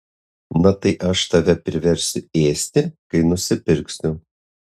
na tai aš tave priversiu ėsti kai nusipirksiu